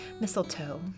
mistletoe